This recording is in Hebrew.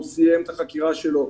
הוא סיים את החקירה שלו,